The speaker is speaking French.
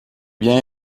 biens